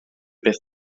beth